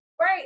Right